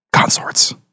consorts